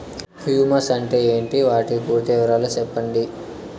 Humus అంటే ఏంటి? వాటి పూర్తి వివరాలు సెప్పండి?